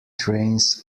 trains